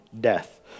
death